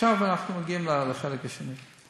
עכשיו אנחנו מגיעים לחלק השני.